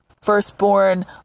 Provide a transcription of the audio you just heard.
firstborn